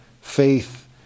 faith